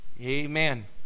amen